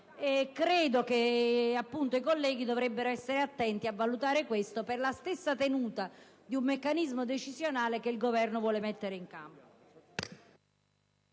Credo che i colleghi dovrebbero essere attenti a valutare ciò, per la stessa tenuta di un meccanismo decisionale che il Governo vuole mettere in campo.